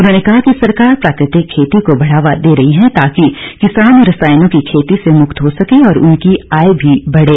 उन्होंने कहा कि सरकार प्राकृतिक खेती को बढ़ावा दे रही है ताकि किसान रसायनों की खेती से मुक्त हो सकें और उनकी आय भी बढ़े